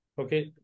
okay